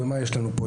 ומה יש לנו פה.